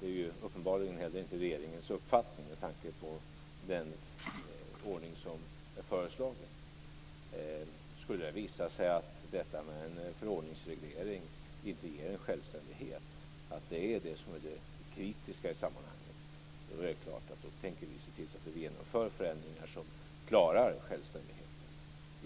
Det är uppenbarligen inte heller regeringens uppfattning, med tanke på den ordning som är föreslagen. Skulle det visa sig att en förordningsreglering inte ger självständighet, att det är det kritiska i sammanhanget, tänker vi självklart se till att vi genomför förändringar som klarar självständigheten.